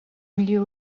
milieu